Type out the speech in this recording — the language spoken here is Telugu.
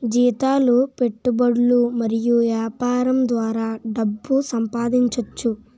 జీతాలు పెట్టుబడులు మరియు యాపారం ద్వారా డబ్బు సంపాదించోచ్చు